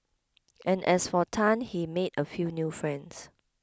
and as for Tan he made a few new friends